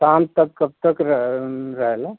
शाम तक कब तक रह रहेगा